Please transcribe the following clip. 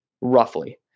roughly